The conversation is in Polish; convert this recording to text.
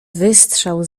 wystrzał